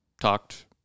talked